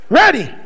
ready